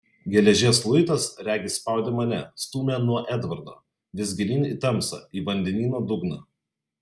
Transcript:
geležies luitas regis spaudė mane stūmė nuo edvardo vis gilyn į tamsą į vandenyno dugną